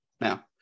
now